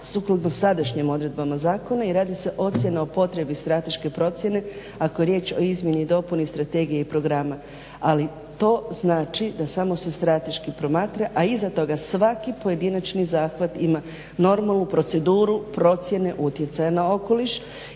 sukladno sadašnjim odredbama zakona i radi se ocjena o potrebi strateške procjene ako je riječ o izmjeni i dopuni strategije i programa. Ali to znači da samo se strateški promatra a iza toga svaki pojedinačni zahvat ima normalnu proceduru procjene utjecaja na okoliš